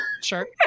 Sure